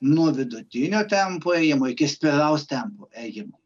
nuo vidutinio tempo ėjimo iki spėraus tempo ėjimo